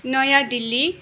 नयाँ दिल्ली